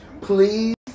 please